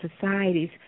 societies